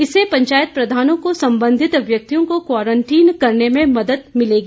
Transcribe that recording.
इससे पंचायत प्रधान को सबंधित व्यक्ति को क्वांरटीन करने में मदद मिलेगी